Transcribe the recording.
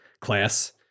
class